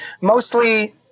mostly